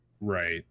Right